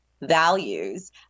values